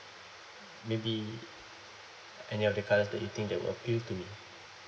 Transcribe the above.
maybe any of the colours that you think that will appeal to me